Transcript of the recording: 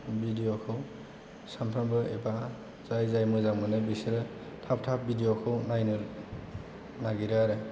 भिडिय'खौ सानफ्रामबो एबा जाय जाय मोजां मोनो बेसोरो थाब थाब भिडिय'खौ नायनो नागिरो आरो